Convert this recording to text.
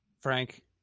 Frank